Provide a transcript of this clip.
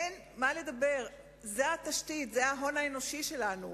אין מה לדבר, זו התשתית, זה ההון האנושי שלנו.